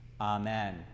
Amen